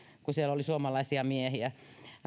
koska siellä oli suomalaisia miehiä